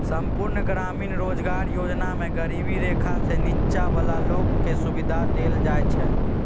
संपुर्ण ग्रामीण रोजगार योजना मे गरीबी रेखासँ नीच्चॉ बला लोक केँ सुबिधा देल जाइ छै